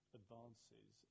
advances